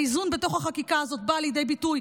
האיזון בתוך החקיקה הזאת בא לידי ביטוי